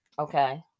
okay